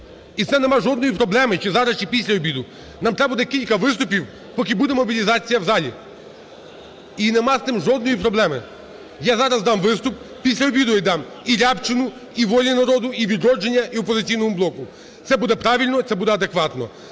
І це немає жодної проблеми, чи зараз, чи після обіду. Нам треба буде кілька виступів, поки буде мобілізація в залі. І нема з цим жодної проблеми. Я зараз дам виступ. Після обіду я дам і Рябчину, і "Волі народу", і "Відродження", і "Опозиційному блоку". Це буде правильно і це буде адекватно.